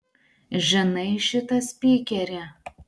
žinai šitą spykerį